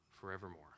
forevermore